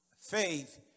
Faith